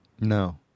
No